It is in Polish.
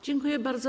Dziękuję bardzo.